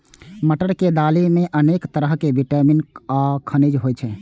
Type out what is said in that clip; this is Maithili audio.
मटर के दालि मे अनेक तरहक विटामिन आ खनिज होइ छै